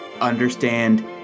understand